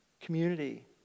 community